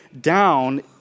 down